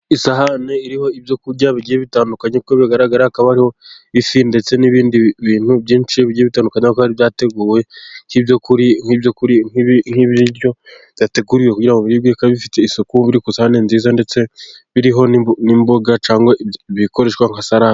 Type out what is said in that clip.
Isahane iriho ibyo kurya bigiye bitandukanye, kuko bigaragara hakaba hariho ifi ,ndetse n'ibindi bintu byinshi bitandukanye , kuko byateguwe nk'ibiryo byateguwe ngo biribwe bikaba bifite isuku ,biri ku isahane nziza ndetse biriho n'imboga cyangwa bikoreshwa nka sarade.